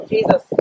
Jesus